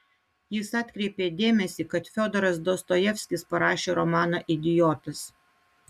jis atkreipė dėmesį kad fiodoras dostojevskis parašė romaną idiotas